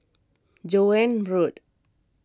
Joan Road